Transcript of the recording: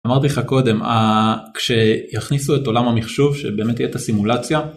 אמרתי לך קודם, כשיכניסו את עולם המחשוב שבאמת יהיה את הסימולציה